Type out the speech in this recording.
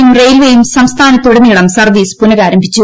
യും റെയിൽവെയും ന് സംസ്ഥാനത്തുടനീളം സർപ്പീസ് പുനരാരംഭിച്ചു